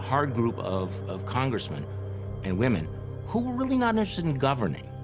hard group of of congressmen and women who were really not interested in governing.